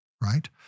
right